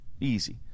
Easy